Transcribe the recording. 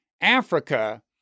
Africa